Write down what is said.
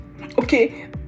okay